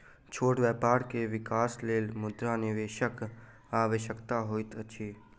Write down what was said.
छोट व्यापार के विकासक लेल मुद्रा निवेशकक आवश्यकता होइत अछि